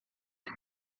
uma